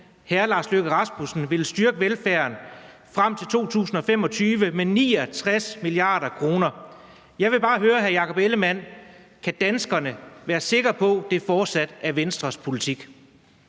hr. Lars Løkke Rasmussen, ville styrke velfærden frem til 2025 med 69 mia. kr. Jeg vil bare høre hr. Jakob Ellemann-Jensen: Kan danskerne være sikre på, at det fortsat er Venstres politik?